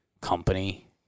company